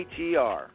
ATR